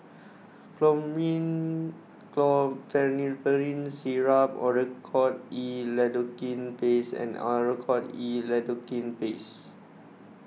Chlormine Chlorpheniramine Syrup Oracort E Lidocaine Paste and Oracort E Lidocaine Paste